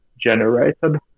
generated